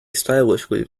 stylishly